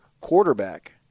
quarterback